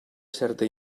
certa